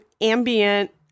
ambient